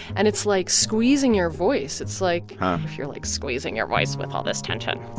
and it's, like, squeezing your voice. it's like if you're, like, squeezing your voice with all this tension